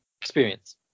experience